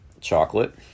chocolate